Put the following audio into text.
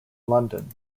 london